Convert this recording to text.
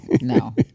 no